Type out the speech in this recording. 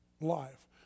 life